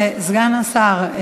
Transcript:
סגן השר,